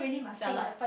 jialat